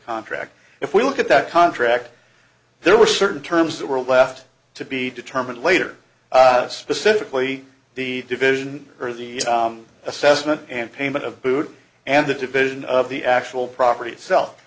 contract if we look at that contract there were certain terms that were left to be determined later specifically the division or the assessment and payment of bood and the division of the actual property itself